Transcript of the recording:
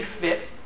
fit